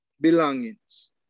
belongings